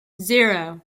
zero